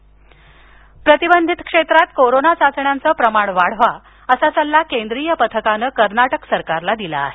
Covid Karnataka प्रतिबंधित क्षेत्रात corona चाचण्यांचं प्रमाण वाढवा असा सल्ला केंद्रीय पथकानं कर्नाटक सरकारला दिला आहे